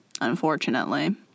unfortunately